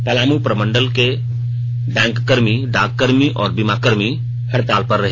पलामू प्रमंडल में बैंककर्मी डाककर्मी और बीमाकर्मी हड़ताल पर रहे